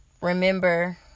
remember